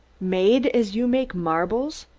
made as you make marbles,